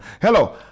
Hello